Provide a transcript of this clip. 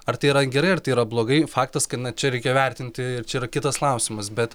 ar tai yra gerai ar tai yra blogai faktas kad na čia reikia vertinti ir čia yra kitas klausimas bet